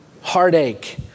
Heartache